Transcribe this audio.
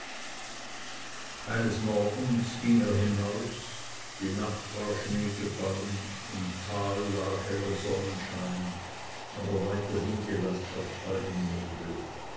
eines morgens ging er hinaus die nacht war schnee gefallen im tal lag heller sonnenschein aber weiterhin die landschaft halb im nebel